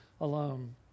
alone